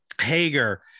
Hager